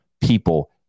people